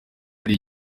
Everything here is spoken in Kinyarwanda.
ari